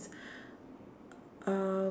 um